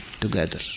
together